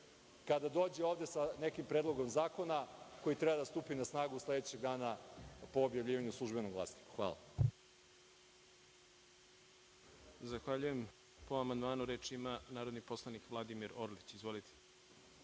kada dođe ovde sa nekim predlogom zakona koji treba da stupi na snagu sledećeg dana po objavljivanju u „Službenom glasniku“. Hvala. **Đorđe Milićević** Zahvaljujem. Po amandmanu reč ima narodni poslanik Vladimir Orlić. Izvolite.